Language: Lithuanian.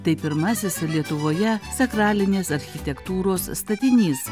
tai pirmasis lietuvoje sakralinės architektūros statinys